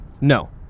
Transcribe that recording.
No